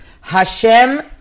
Hashem